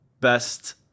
best